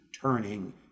turning